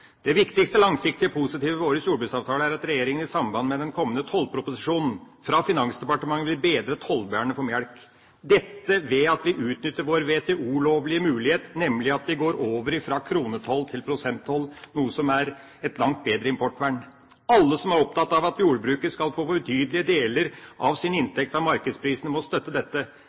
Det viktigste langsiktige og positive ved årets jordbruksavtale er at regjeringen i forbindelse med den kommende tollproposisjonen fra Finansdepartementet vil bedre tollvernet for mjølk, ved at vi utnytter vår WTO-lovlige mulighet, nemlig at vi går over fra kronetoll til prosenttoll, noe som gir et langt bedre importvern. Alle som er opptatt av at jordbruket skal få betydelige deler av sin inntekt fra markedsprisene, må støtte dette.